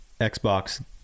Xbox